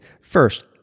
First